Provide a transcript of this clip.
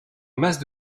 masse